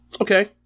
okay